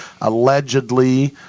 allegedly